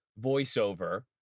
voiceover